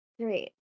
Great